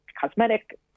cosmetic